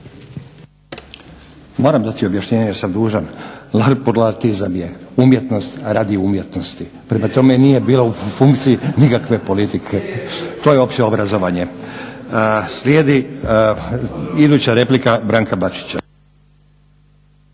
Moram dati objašnjenje, jer sam dužan, larpurlartizam je umjetnost radi umjetnosti. Prema tome nije bilo u funkciji nikakve politike, to je opće obrazovanje. Slijedi iduća replika Branka Bačića.